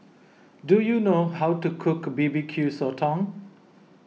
do you know how to cook B B Q Sotong